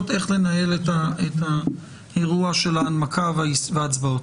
נאמר "זה מקרוב" במקום "בסמוך".